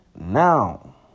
Now